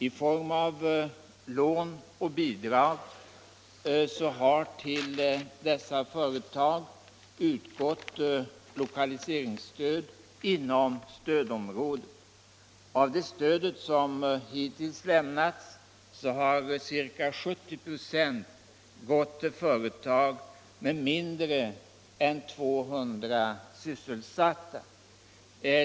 I form av lån och bidrag har till dessa företag utgått lokaliseringsstöd inom stödområdet. Av det stöd som hittills totalt lämnats har ca 70 ?6 gått till företag med mindre än 200 sysselsatta.